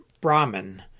Brahman